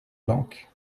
banque